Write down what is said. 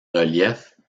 reliefs